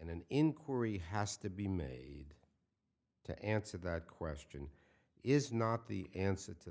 and an inquiry has to be made to answer that question is not the answer to